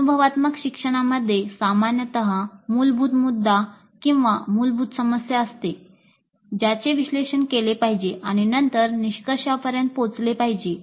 अनुभवनात्मक शिक्षणामध्ये सामान्यत मूलभूत मुद्दा किंवा मूलभूत समस्या असते ज्याचे विश्लेषण केले पाहिजे आणि नंतर निष्कर्षापर्यंत पोहोचले पाहिजे